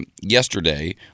Yesterday